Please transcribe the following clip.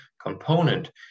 component